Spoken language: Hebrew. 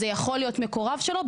זה יכול להיות מקורב שלו?